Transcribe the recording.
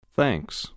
Thanks